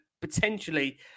potentially